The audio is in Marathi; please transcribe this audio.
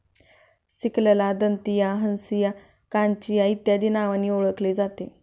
सिकलला दंतिया, हंसिया, काचिया इत्यादी नावांनी ओळखले जाते